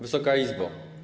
Wysoka Izbo!